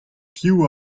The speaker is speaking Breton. piv